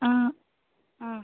ஆ